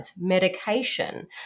medication